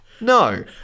No